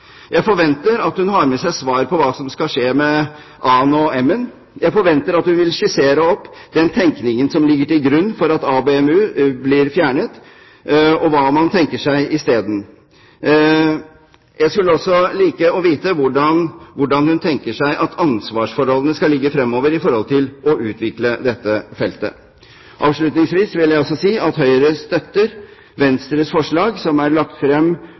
Jeg forventer at hun har med seg svar på hva som skal skje med A-en og M-en. Jeg forventer at hun vil skissere opp den tenkningen som ligger til grunn for at ABM-u blir fjernet, og hva man tenker seg isteden. Jeg skulle også like å vite hvordan hun tenker seg at ansvarsforholdene skal ligge fremover i forhold til å utvikle dette feltet. Avslutningsvis vil jeg også si at Høyre støtter Venstres forslag, som er lagt frem